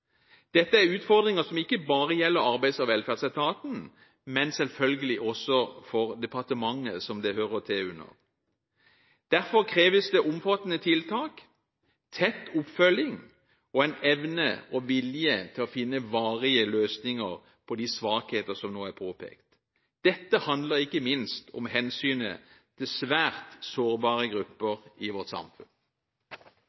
Dette er utfordringer som ikke bare gjelder Arbeids- og velferdsetaten, men selvfølgelig også departementet som etaten hører til under. Derfor kreves det omfattende tiltak, tett oppfølging og evne og vilje til å finne varige løsninger på de svakheter som nå er påpekt. Dette handler ikke minst om hensynet til svært sårbare grupper